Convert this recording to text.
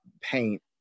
paint